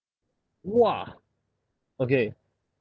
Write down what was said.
!wah! okay